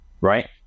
right